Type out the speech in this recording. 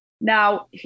Now